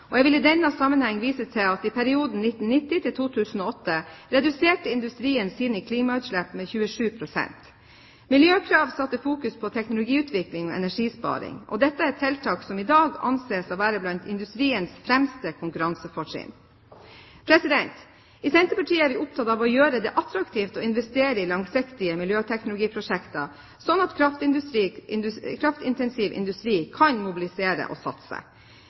Jeg vil i denne sammenheng vise til at i perioden 1990–2008 reduserte industrien sine klimautslipp med 27 pst. Miljøkrav fokuserte på teknologiutvikling og energisparing. Dette er tiltak som i dag anses å være blant industriens fremste konkurransefortrinn. I Senterpartiet er vi opptatt av å gjøre det attraktivt å investere i langsiktige miljøteknologiprosjekter, slik at kraftintensiv industri kan mobilisere og satse.